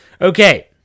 Okay